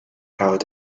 held